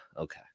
okay